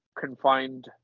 confined